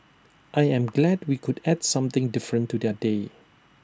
I am glad we could add something different to their day